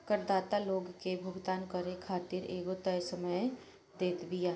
करदाता लोग के भुगतान करे खातिर एगो तय समय देत बिया